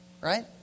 right